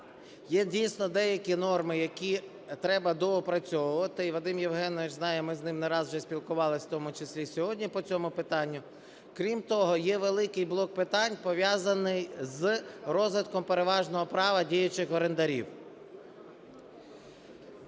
Є, дійсно, деякі норми, які треба доопрацьовувати, і Вадим Євгенович знає, ми з ним не раз вже спілкувалися, у тому числі й сьогодні, по цьому питанню. Крім того, є великий блок питань, пов'язаний з розвитком переважного права діючих орендарів.